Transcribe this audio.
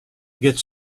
get